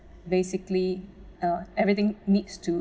basically uh everything needs to